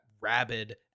rabid